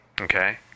Okay